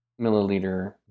milliliter